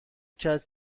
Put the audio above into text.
کرد